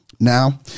Now